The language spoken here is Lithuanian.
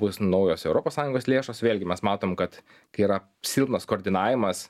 bus naujos europos sąjungos lėšos vėlgi mes matom kad kai ra silpnas koordinavimas